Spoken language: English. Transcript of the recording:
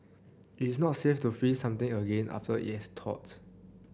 it is not safe to freeze something again after it has thawed